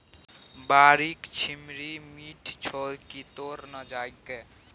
बाड़ीक छिम्मड़ि मीठ छौ की तोड़ न जायके